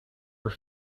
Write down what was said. were